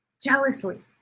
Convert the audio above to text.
Jealously